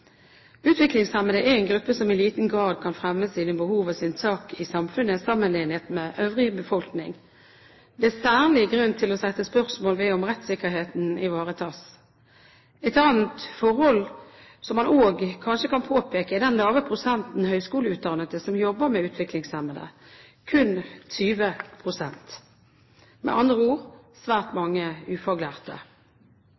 Utviklingshemmede er en gruppe som i liten grad kan fremme sine behov og sin sak i samfunnet, sammenliknet med øvrig befolkning. Det er særlig grunn til å sette spørsmålstegn ved om rettssikkerheten ivaretas. Et annet forhold som man også kanskje kan påpeke, er den lave prosenten høgskoleutdannede som jobber med utviklingshemmede, kun 20 pst. – med andre ord: svært